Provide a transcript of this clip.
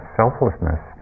selflessness